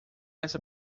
essa